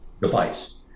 device